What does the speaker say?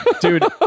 dude